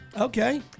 Okay